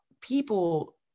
people